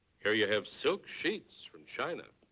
hear you have silk sheets from china.